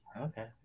Okay